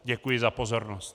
Děkuji za pozornost.